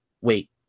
wait